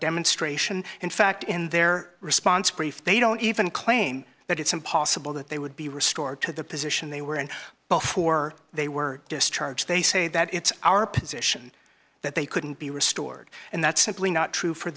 demonstration in fact in their response brief they don't even claim that it's impossible that they would be restored to the position they were in before they were discharged they say that it's our position that they couldn't be restored and that's simply not true for